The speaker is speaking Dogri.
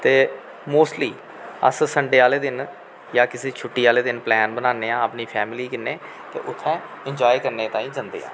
ते मोस्टली अस संडे आह्ले दिन जां किसी छुट्टी आह्ले दिन प्लैन बनाने आं अपनी फैमली कन्नै ते उत्थै इनजाय करने ताईं जंदे आं